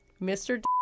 Mr